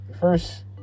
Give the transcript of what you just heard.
first